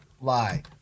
lie